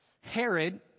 Herod